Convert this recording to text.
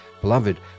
beloved